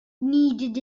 needed